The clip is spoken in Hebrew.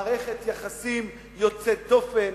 מערכת יחסים יוצאת דופן,